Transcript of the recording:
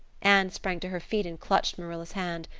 anne sprang to her feet and clutched marilla's hand.